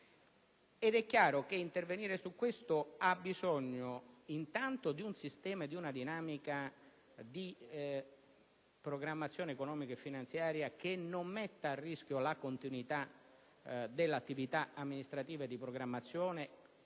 È chiaro però che per farlo c'è bisogna di un sistema e di una dinamica di programmazione economica e finanziaria che non mettano a rischio la continuità dell'attività amministrativa e di programmazione,